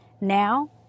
Now